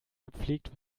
gepflegt